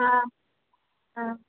हा हा